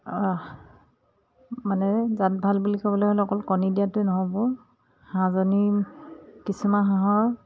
মানে জাত ভাল বুলি ক'বলৈ হ'লে অকল কণী দিয়াটোৱে নহ'ব হাঁহজনীৰ কিছুমান হাঁহৰ